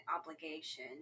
obligation